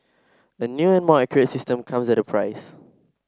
a new and more accurate system comes at a price